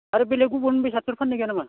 आरो बेलेग गुबुन बेसादफोर फान्नाय गैया नामा